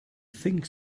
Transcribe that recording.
think